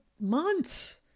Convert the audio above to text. months